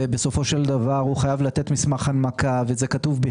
בסופו של דבר, הוא חייב לתת מסמך הנמקה, וזה כתוב.